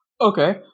Okay